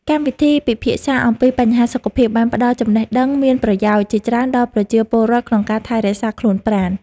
កម្មវិធីពិភាក្សាអំពីបញ្ហាសុខភាពបានផ្តល់ចំណេះដឹងមានប្រយោជន៍ជាច្រើនដល់ប្រជាពលរដ្ឋក្នុងការថែរក្សាខ្លួនប្រាណ។